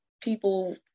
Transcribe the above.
people